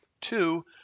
Two